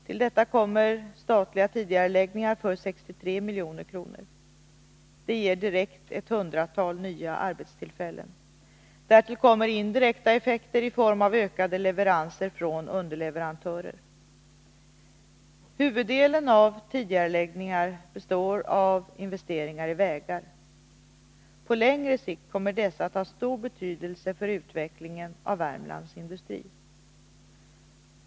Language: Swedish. Till detta kommer statliga tidigareläggningar för 63 milj.kr. De ger direkt ett hundratal nya arbetstillfällen. Därtill kommer indirekta effekter i form av ökade leveranser från underleverantörer. Huvuddelen av tidigareläggningar består av investeringar i vägar. På längre sikt kommer dessa att ha stor betydelse för utvecklingen av Värmlands industri.